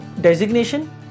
designation